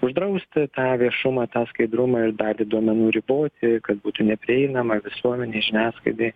uždrausti tą viešumą tą skaidrumą ir dalį duomenų riboti kad būtų neprieinama visuomenei žiniasklaidai